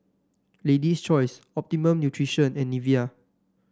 Lady's Choice Optimum Nutrition and Nivea